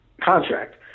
contract